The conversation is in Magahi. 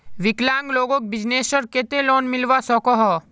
विकलांग लोगोक बिजनेसर केते की लोन मिलवा सकोहो?